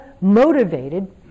motivated